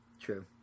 true